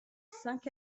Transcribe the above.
cinq